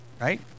right